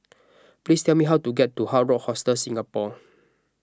please tell me how to get to Hard Rock Hostel Singapore